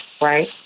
right